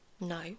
No